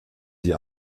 sie